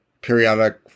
periodic